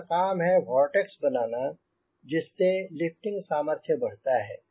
उनका काम है वोर्टेक्स बनाना जिससे लिफ्टिंग सामर्थ्य बढ़ता है